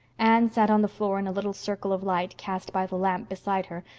anne sat on the floor in a little circle of light cast by the lamp beside her,